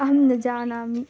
अहं न जानामि